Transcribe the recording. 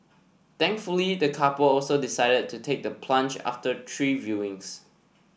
thankfully the couple also decided to take the plunge after three viewings